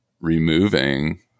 removing